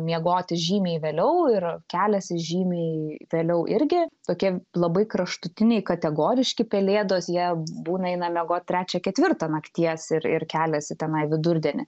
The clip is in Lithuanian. miegoti žymiai vėliau ir keliasi žymiai vėliau irgi tokie labai kraštutiniai kategoriški pelėdos jie būna eina miegot trečią ketvirtą nakties ir ir keliasi tenai vidurdienį